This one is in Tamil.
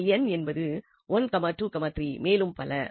இதில் n என்பது 123 மேலும் பல